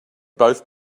both